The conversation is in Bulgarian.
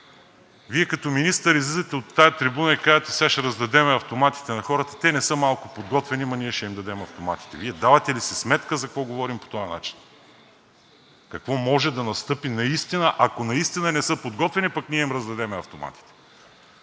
Вие като министър излизате от тази трибуна и казвате: сега ще раздадем автоматите на хората, те не са малко подготвени, но ние, ама ние ще им дадем автоматите. Вие давате ли си сметка за какво говорим по този начин? Какво може да настъпи, ако наистина не са подготвени, а пък ние им раздадем автоматите?!